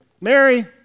Mary